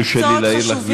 אם יורשה לי להעיר לך,